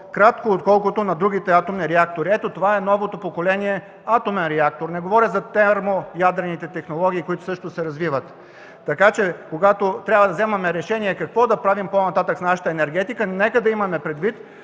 по-кратко, отколкото на другите атомни реактори. Ето, това е ново поколение атомен реактор. Не говоря за термоядрените технологии, които също се развиват. Така че когато трябва да вземаме решение какво да правим по-нататък в нашата енергетика, нека да имаме предвид,